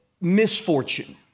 misfortune